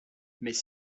mais